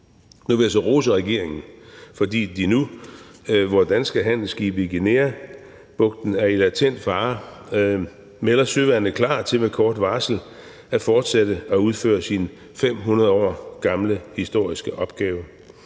Nu vil jeg så rose regeringen, fordi den nu, hvor danske handelsskibe i Guineabugten er i latent fare, melder søværnet klar til med kort varsel at fortsætte og udføre sin 500 år gamle historiske opgave.